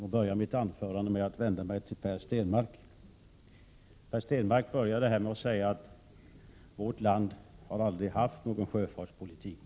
Herr talman! Jag vänder mig först till Per Stenmarck. Han började sitt anförande med att säga att vårt land aldrig har haft någon sjöfartspolitik.